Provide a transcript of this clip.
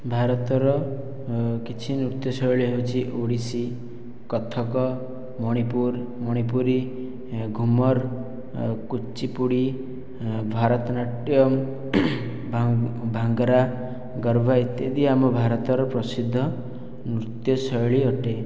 ଭାରତର କିଛି ନୃତ୍ୟଶୈଳୀ ହେଉଛି ଓଡ଼ିଶୀ କଥକ ମଣିପୁର ମଣିପୁରୀ ଘୁମର କୁଚ୍ଚିପୁଡ଼ି ଭାରତନାଟ୍ୟମ୍ ଭାଙ୍ଗରା ଗର୍ବା ଇତ୍ୟାଦି ଆମ ଭାରତର ପ୍ରସିଦ୍ଧ ନୃତ୍ୟଶୈଳୀ ଅଟେ